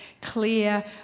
clear